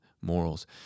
morals